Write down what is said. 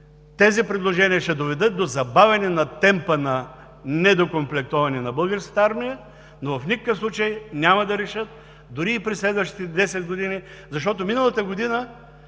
тези предложения ще доведат до „забавяне на темпа на недокомплектоване на Българската армия, но в никакъв случай няма да се решат дори и през следващите 10 години“. Защото миналата година